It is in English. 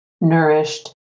nourished